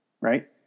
right